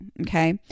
Okay